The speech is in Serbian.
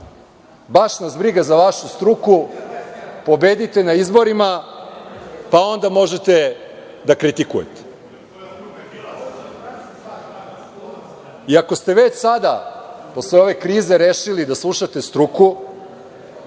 baš nas briga za vašu struku, pobedite na izborima, pa onda možete da kritikujete. Ako ste već sada, posle ove krize rešili da slušate struku,